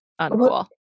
uncool